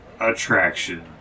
attraction